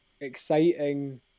exciting